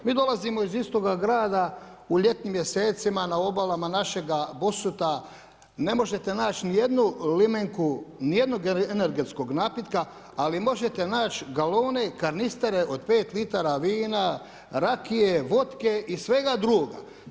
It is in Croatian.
Mi dolazimo iz istoga grada u ljetnim mjesecima na obalama našega Bosuta ne možete naći ni jednu limenku, ni jednog energetskog napitka ali možete naći galone i karnistere od pet litara vina, rakije, votke i svega drugoga.